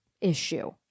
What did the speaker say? issue